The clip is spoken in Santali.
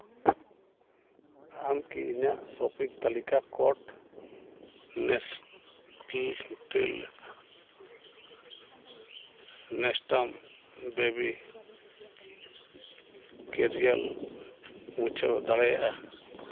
ᱟᱢ ᱠᱤ ᱤᱧᱟᱹᱜ ᱥᱚᱯᱤᱝ ᱛᱟᱞᱤᱠᱟ cart Nestle Nestum baby cereal ᱢᱩᱪᱷᱟᱹᱣ ᱫᱟᱲᱮᱭᱟᱜᱼᱟ